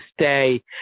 stay